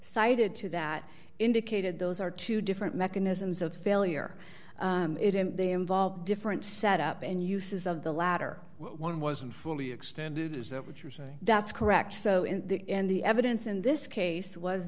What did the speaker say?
cited two that indicated those are two different mechanisms of failure they involve different set up and uses of the latter one wasn't fully extended is that what you're saying that's correct so in the end the evidence in this case was